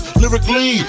lyrically